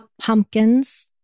Pumpkins